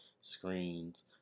screens